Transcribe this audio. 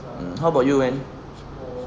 mm how about you man